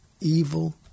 evil